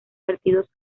partidos